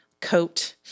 coat